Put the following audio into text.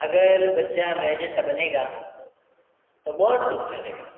अगर बच्चा मेरे जैसा बनेगा तो बहुत कुछ करेगा